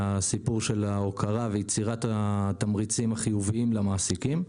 הסיפור של ההוקרה ויצירת התמריצים החיוביים למעסיקים.